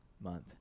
Month